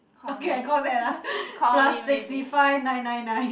call me call me maybe